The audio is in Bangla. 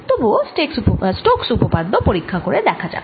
তবুও স্টোক্স উপপাদ্য পরীক্ষা করে দেখা যাক